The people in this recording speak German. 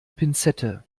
pinzette